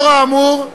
לאור האמור,